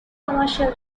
commercial